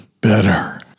better